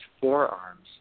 forearms